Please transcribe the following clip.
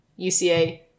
UCA